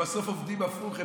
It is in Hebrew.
הן בסוף עובדות הפוך,